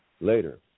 later